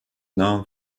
noun